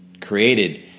created